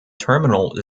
terminal